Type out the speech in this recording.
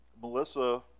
Melissa